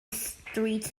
streets